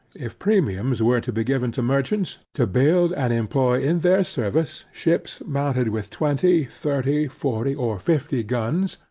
if premiums were to be given to merchants, to build and employ in their service, ships mounted with twenty, thirty, forty, or fifty guns,